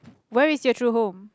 where is your true home